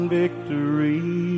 victory